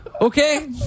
Okay